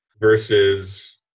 versus